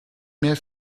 mehr